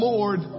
Lord